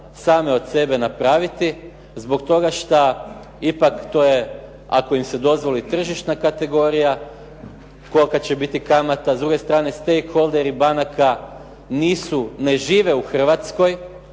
same od sebe napraviti zbog toga što ipak to je, ako im se dozvoli tržišna kategorija kolika će biti kamata, s druge strane stake holderi banaka nisu, ne žive u Hrvatskoj,